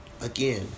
Again